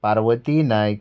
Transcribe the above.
Parvati Naik